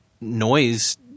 noise